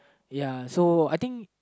ya so I think